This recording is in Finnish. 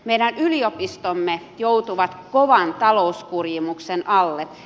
meidän yliopistomme joutuvat kovan talouskurimuksen alle